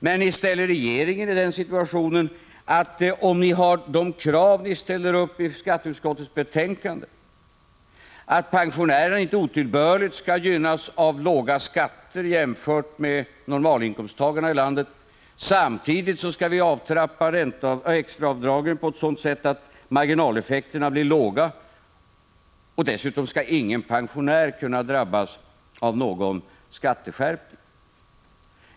Men med de krav ni för fram i skatteutskottets betänkande ställer ni regeringen inför den situationen att pensionärerna inte otillbörligt skall gynnas av låga skatter jämfört med normalinkomsttagarna i landet samtidigt som extraavdragen skall avtrappas på ett sådant sätt att marginaleffekterna blir låga och att ingen pensionär dessutom skall kunna drabbas av någon skatteskärpning.